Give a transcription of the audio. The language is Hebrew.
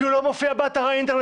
כי הוא לא מופיע באתר האינטרנט